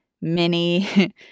mini